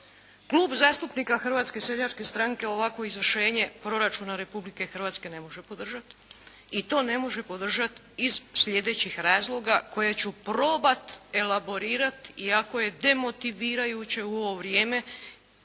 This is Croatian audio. Klub zastupnika Hrvatske seljačke stranke ovakvo izvršenje proračuna Republike Hrvatske ne može podržati i to ne može podržati iz sljedećih razloga koje ću probati elaborirati iako je demotivirajuće u ovo vrijeme